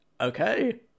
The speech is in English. Okay